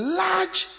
large